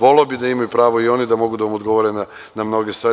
Voleo bih da imaju pravo i oni da mogu da vam odgovore na mnoge stvari.